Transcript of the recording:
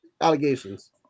Allegations